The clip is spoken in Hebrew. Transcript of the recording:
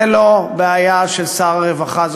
זה לא בעיה של שר הרווחה.